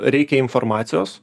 reikia informacijos